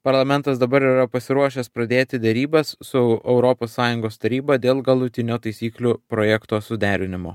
parlamentas dabar yra pasiruošęs pradėti derybas su europos sąjungos taryba dėl galutinio taisyklių projekto suderinimo